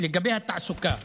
לגבי התעסוקה,